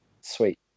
sweet